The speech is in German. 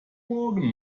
morgen